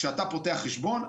כשאתה פותח חשבון,